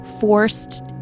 forced